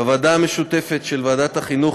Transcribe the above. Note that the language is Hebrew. בוועדה המשותפת של ועדת החינוך,